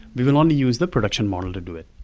we will only use the production model to do it.